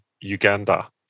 Uganda